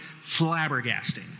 flabbergasting